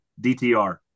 DTR